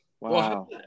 Wow